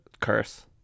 curse